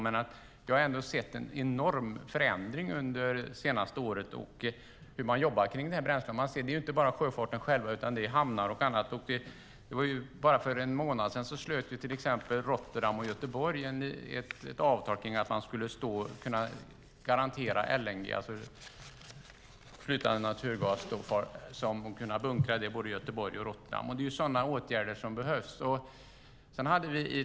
Men jag har ändå sett en enorm förändring under det senaste året när det gäller hur man jobbar kring detta bränsle. Det är inte bara sjöfarten själv utan även hamnar och annat. För bara en månad sedan slöt till exempel Rotterdam och Göteborg ett avtal om att man skulle kunna garantera LNG, alltså flytande naturgas, och kunna bunkra den i både Göteborg och Rotterdam. Det är sådana åtgärder som behövs.